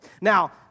Now